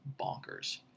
bonkers